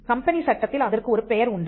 company சட்டத்தில் அதற்கு ஒரு பெயர் உண்டு